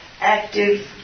active